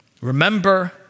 Remember